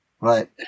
right